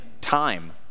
time